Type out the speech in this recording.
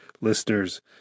listeners